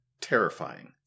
terrifying